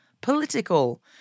political